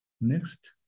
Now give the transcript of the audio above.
Next